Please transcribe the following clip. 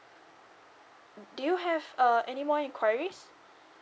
do you have uh any more enquiries